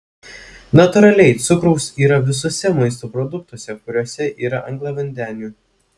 natūraliai cukraus yra visuose maisto produktuose kuriuose yra angliavandenių